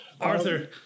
Arthur